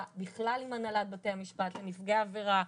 בכלל עם הנהלת בתי המשפט לנפגעי עבירה,